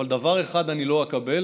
אבל דבר אחד אני לא אקבל,